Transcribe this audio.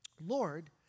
Lord